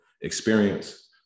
experience